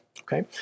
okay